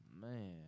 Man